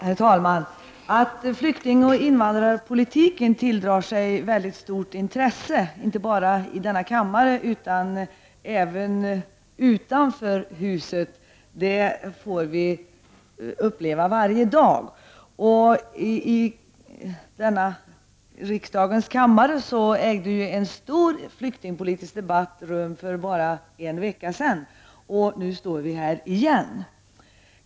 Herr talman! Att flyktingoch invandrarpolitiken tilldrar sig väldigt stort intresse inte bara i denna kammare utan även utanför huset får vi uppleva varje dag. I denna riksdagens kammare ägde ju en stor flyktingdebatt rum för bara en vecka sedan — och nu står vi här igen.